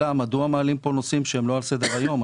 מדוע מעלים כאן נושאים שהם לא על סדר היום.